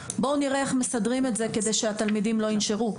בואו נראה איך מסדרים את זה כדי שהתלמידים לא ינשרו״.